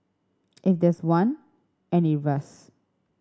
if there's one and it rusts